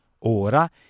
ora